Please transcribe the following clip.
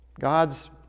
God's